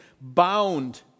bound